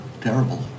terrible